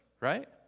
right